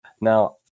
Now